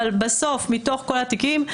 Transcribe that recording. אבל בסוף מתוך כל התיקים,